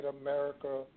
America